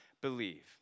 believe